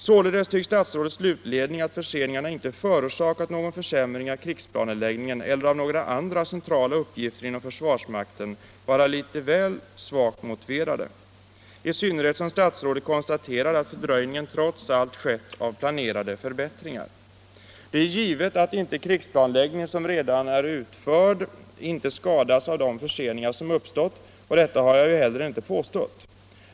Således tycks statsrådets slutledning, att förseningarna inte förorsakat någon försämring av krigsplanläggningen eller av några andra centrala uppgifter inom försvarsmakten, vara litet väl svagt motiverad. I synnerhet som statsrådet konstaterar att fördröjning av planerade förbättringar trots allt skett. Det är givet att krigsplanläggning som redan är utförd inte skadats av de förseningar som uppstått, och detta har jag ju heller inte påstått.